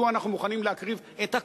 מדוע אנחנו מוכנים להקריב את הכול,